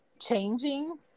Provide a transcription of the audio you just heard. changing